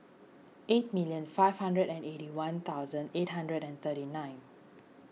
eight million five hundred and eighty one thousand eight hundred and thirty nine